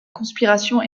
conspiration